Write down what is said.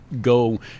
go